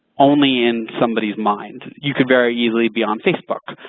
only in somebody's mind. you could very easily be on facebook.